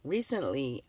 Recently